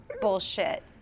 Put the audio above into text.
bullshit